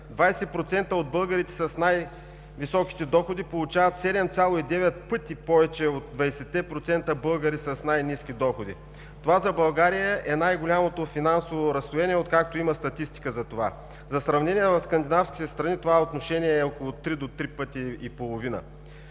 20% от българите с най-високите доходи получават 7,9 пъти повече от 20-те процента българи с най-ниски доходи. Това за България е най-голямото финансово разслоение, откакто има статистика. За сравнение – в скандинавските страни това отношение е около 3 до 3,5 пъти.